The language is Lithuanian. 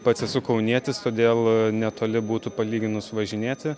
pats esu kaunietis todėl netoli būtų palyginus važinėti